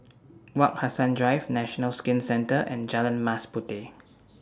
Wak Hassan Drive National Skin Centre and Jalan Mas Puteh